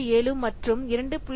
7 மற்றும் 2